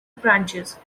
branches